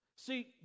See